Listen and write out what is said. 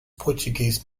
portuguese